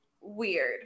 weird